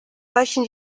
reichen